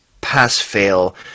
pass-fail